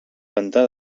pantà